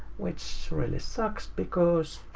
which really sucks, because